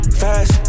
fast